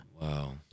Wow